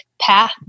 path